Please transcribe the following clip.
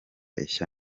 ishya